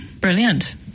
Brilliant